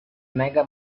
mega